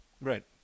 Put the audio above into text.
Right